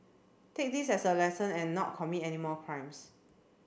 take this as a lesson and not commit any more crimes